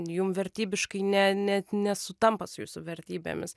jum vertybiškai ne net nesutampa su jūsų vertybėmis